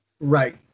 right